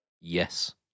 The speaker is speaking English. yes